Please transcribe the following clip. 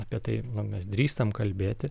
apie tai mes drįstam kalbėti